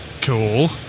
Cool